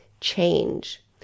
change